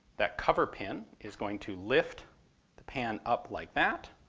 that cover pin is going to lift the pan up like that,